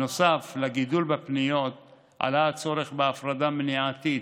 נוסף לגידול בפניות עלה הצורך בהפרדה מניעתית